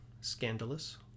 Scandalous